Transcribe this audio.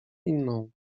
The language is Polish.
inną